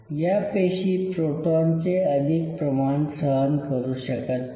या पेशी प्रोटॉनचे अधिक प्रमाण सहन करू शकत नाही